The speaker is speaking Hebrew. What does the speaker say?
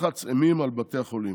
לחץ אימים על בתי החולים,